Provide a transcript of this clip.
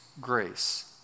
grace